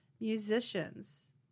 musicians